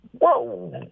whoa